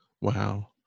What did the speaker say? Wow